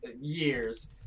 years